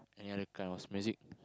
any other kind of music